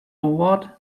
what